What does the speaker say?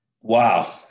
Wow